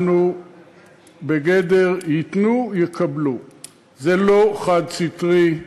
אנחנו בגדר "ייתנו, יקבלו"; זה לא חד-סטרי,